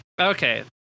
okay